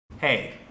Hey